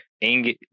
ing